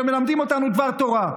ומלמדים אותנו דבר תורה.